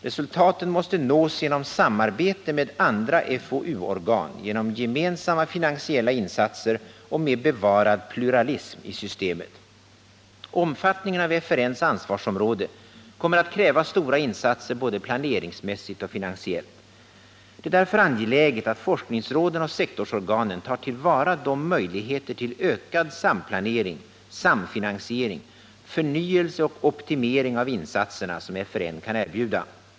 Resultaten måste nås genom samarbete med andra FoU-organ, genom gemensamma finansiella insatser och med bevarad pluralism i systemet. Omfattningen av FRN:s ansvarsområde kommer att kräva stora insatser både planeringsmässigt och finansiellt. Det är därför angeläget att forskningsråden och sektorsorganen tar till vara de möjligheter till ökad samplanering, samfinansiering, förnyelse och optimering av insatserna som FRN kan erbjuda.